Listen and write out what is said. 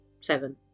seven